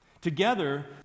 Together